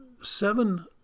seven